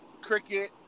cricket